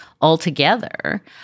altogether